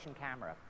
camera